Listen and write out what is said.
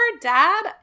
dad